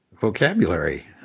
vocabulary